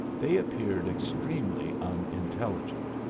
they appeared extremely unintelligent.